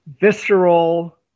visceral